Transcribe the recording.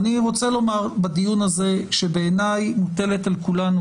ואני רוצה לומר בדיון הזה שבעיני מוטלת על כולנו,